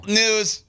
news